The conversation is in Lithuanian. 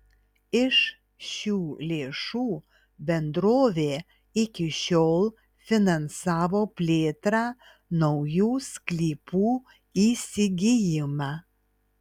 iš šių lėšų bendrovė iki šiol finansavo plėtrą naujų sklypų įsigijimą